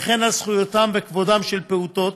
וכן על זכויותיהם וכבודם של פעוטות.